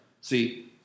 See